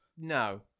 No